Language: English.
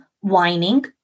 whining